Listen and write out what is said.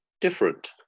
different